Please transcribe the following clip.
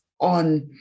on